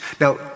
Now